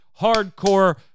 Hardcore